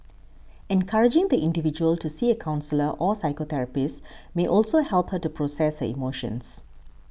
encouraging the individual to see a counsellor or psychotherapist may also help her to process her emotions